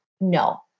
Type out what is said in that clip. No